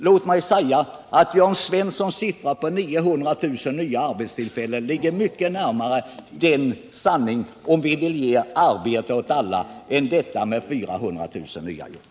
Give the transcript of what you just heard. Låt mig säga att Jörn Svenssons siffra, när han talade om att det skulle behövas 900 000 nya arbetstillfällen, ligger mycket närmare sanningen, om vi vill ge arbete åt alla, än er siffra vid talet om 400 000 nya jobb.